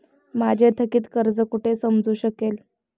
माझे थकीत कर्ज कुठे समजू शकेल?